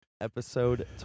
Episode